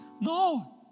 No